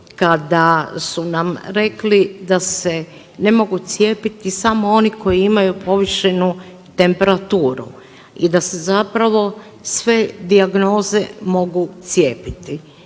kada su nam rekli da se ne mogu cijepiti samo oni koji imaju povišenu temperaturu i da se zapravo sve dijagnoze mogu cijepiti,